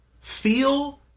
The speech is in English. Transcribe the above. Feel